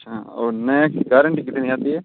अच्छा और नई गारन्टी कितनी आती है